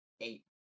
eight